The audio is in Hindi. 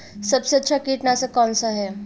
सबसे अच्छा कीटनाशक कौनसा है?